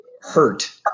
hurt